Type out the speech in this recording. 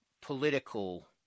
political